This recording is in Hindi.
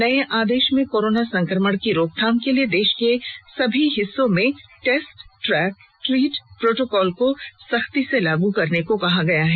नये आदेश में कोरोना संक्रमण की रोक थाम के लिए देश के सभी हिस्सों में टेस्ट ट्रैक ट्रीट प्रोटोकॉल को सख्ती से लागू करने को कहा गया हैं